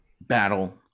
battle